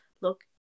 look